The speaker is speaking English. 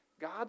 God